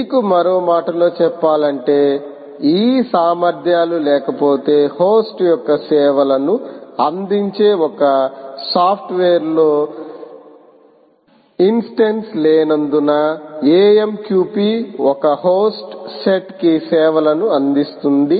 మీకు మరో మాటలో చెప్పాలంటే ఈ సామర్థ్యాలు లేకపోతే హోస్ట్ యొక్క సేవలను అందించే ఒక సాఫ్ట్వేర్ లో ఒక ఇన్స్టెన్స్ లేనందున AMQP ఒక హోస్ట్ సెట్ కి సేవలను అందిస్తుంది